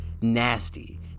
nasty